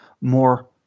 more